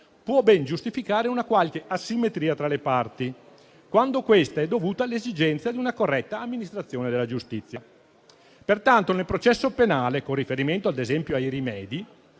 può ben giustificare una qualche asimmetria tra le parti, quando questa è dovuta all'esigenza di una corretta amministrazione della giustizia. Pertanto, nel processo penale, con riferimento a esempio ai rimedi,